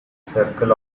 circle